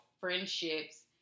friendships